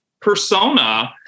persona